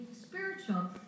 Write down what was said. spiritual